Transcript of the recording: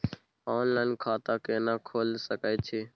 Online खाता केना खोले सकै छी?